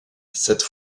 cette